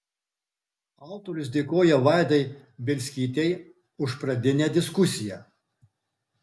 autorius dėkoja vaidai bielskytei už pradinę diskusiją